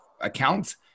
accounts